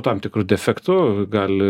tam tikru defektu gali